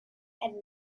and